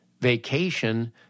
vacation